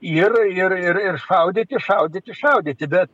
ir ir ir šaudyti šaudyti šaudyti bet